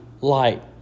light